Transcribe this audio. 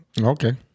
Okay